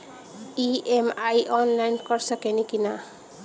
EMI online कर सकेनी की ना?